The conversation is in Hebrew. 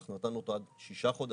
אנחנו נתנו אותו עד שישה חודשים.